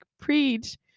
preach